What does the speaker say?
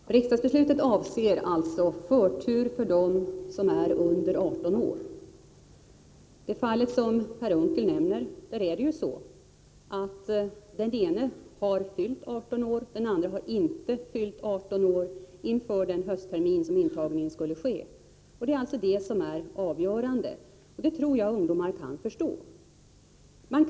Fru talman! Riksdagsbeslutet avser alltså förtur för ungdomar som är under 18 år. I det fall som Per Unckel nämner har den ene men inte den andre fyllt 18 år inför den hösttermin då intagningen skall ske. Det är det som är avgörande, och jag tror att ungdomarna kan förstå det.